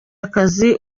akazi